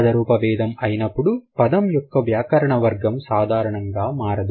పదరూప భేదం అయినపుడు పదం యొక్క వ్యాకరణ వర్గం సాధారణంగా మారదు